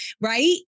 Right